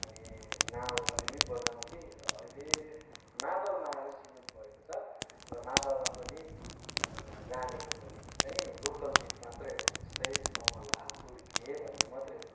अनि नाल अलिअलि बजाउँथेँ र अहिले मादलमा आएर सीमित भएको छ र मादलमा पनि जानेको भनेको चाहिँ लोकल गीत मात्रै हो जस्तै समाला चुड्के भन्ने मात्रै हो